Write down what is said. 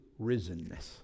risenness